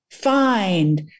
find